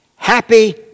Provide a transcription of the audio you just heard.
Happy